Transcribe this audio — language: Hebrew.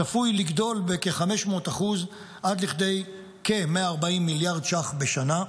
צפוי לגדול בכ-500% עד לכ-140 מיליארד ש"ח בשנה,